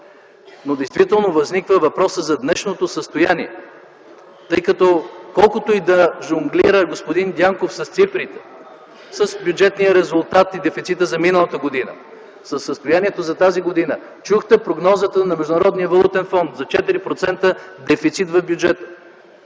Но действително възниква въпросът за днешното състояние, тъй като, колкото и да жонглира господин Дянков с цифрите, с бюджетния резултат и дефицита за миналата година, със състоянието за тази година, чухте прогнозата на Международния валутен фонд за 4% дефицит в бюджета.